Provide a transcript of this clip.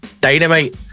Dynamite